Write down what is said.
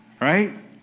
right